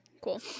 Cool